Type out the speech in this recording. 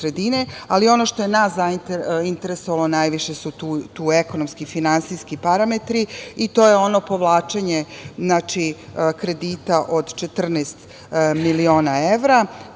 ali ono što je nas interesovalo najviše su tu ekonomski i finansijski parametri. To je ono povlačenje kredita od 14 miliona evra,